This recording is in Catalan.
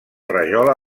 rajola